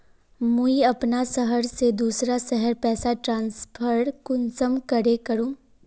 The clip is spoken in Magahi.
मुई अपना शहर से दूसरा शहर पैसा ट्रांसफर कुंसम करे करूम?